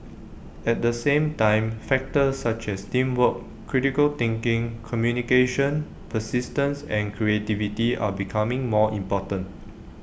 at the same time factors such as teamwork critical thinking communication persistence and creativity are becoming more important